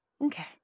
Okay